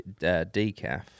decaf